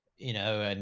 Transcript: you know, and,